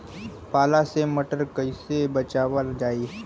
पाला से मटर कईसे बचावल जाई?